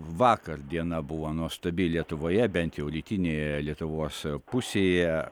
vakar diena buvo nuostabi lietuvoje bent jau rytinėje lietuvos pusėje